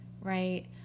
right